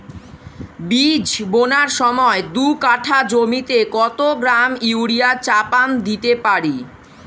বীজ বোনার সময় দু কাঠা জমিতে কত গ্রাম ইউরিয়া চাপান দিতে পারি?